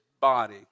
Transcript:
body